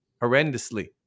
horrendously